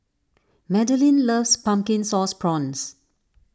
Madalyn loves Pumpkin Sauce Prawns